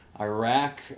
Iraq